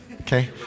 Okay